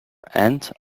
and